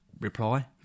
reply